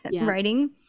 writing